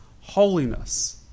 holiness